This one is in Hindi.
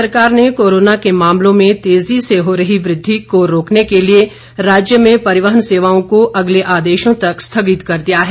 प्रदेश सरकार ने कोरोना के मामलों में तेजी से हो रही वृद्धि को रोकने के लिए राज्य में परिवहन सेवाओं को अगले आदेशों तक स्थगित कर दिया है